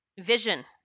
vision